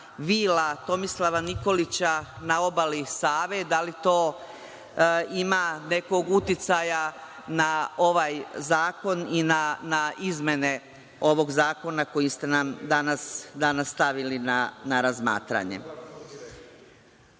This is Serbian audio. vila Tomislava Nikolića na obali Save, da li to ima nekog uticaja na ovaj zakon i na izmene ovog zakona koji ste nam danas stavili na razmatranje? Kažete